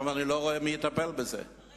אני לא רואה מי יטפל בזה עכשיו.